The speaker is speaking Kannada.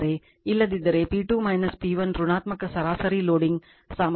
ಇಲ್ಲದಿದ್ದರೆ P 2 P 1 ಋಣಾತ್ಮಕ ಸರಾಸರಿ ಲೋಡಿಂಗ್ ಸಾಮರ್ಥ್ಯ